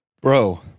Bro